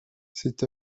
c’est